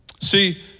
See